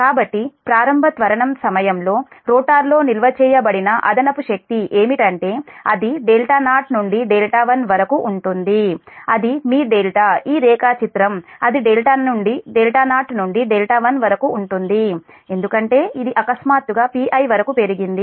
కాబట్టి ప్రారంభ త్వరణం సమయంలో రోటర్లో నిల్వ చేయబడిన అదనపు శక్తి ఏమిటంటే అది δ0 నుండి δ1 వరకు ఉంటుంది అది మీ δ ఈ రేఖాచిత్రం అది δ0 నుండి δ1 వరకు ఉంటుంది ఎందుకంటే ఇది అకస్మాత్తుగా Pi వరకు పెరిగింది